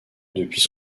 depuis